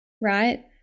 right